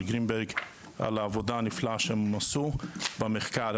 גרינברג על העבודה הנפלאה שהם עשו במחקר.